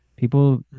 People